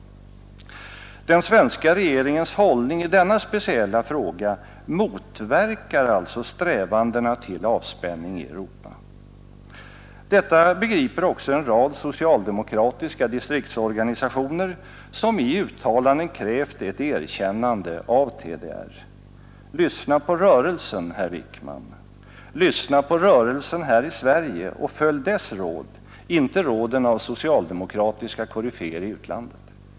Den svenska regeringens hållning i denna speciella fråga motverkar alltså strävandena till avspänning i Europa. Detta begriper också en rad socialdemokratiska distriktsorganisationer som i uttalanden krävt ett erkännande av TDR. Lyssna på rörelsen, herr Wickman! Lyssna på rörelsen här i Sverige och följ dess råd, inte råden av socialdemokratiska koryféer i utlandet.